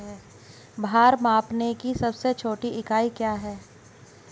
भार मापने की सबसे छोटी इकाई क्या है?